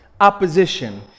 opposition